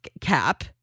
cap